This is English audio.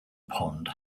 pond